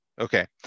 Okay